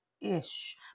ish